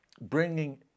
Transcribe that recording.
bringing